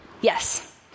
Yes